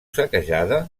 saquejada